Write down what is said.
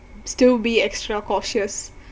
still be extra cautious